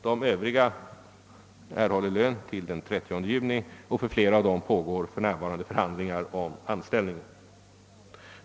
De övriga erhåller lön till den 30 juni, och för flera av dem pågår för närvarande förhandlingar om anställningen.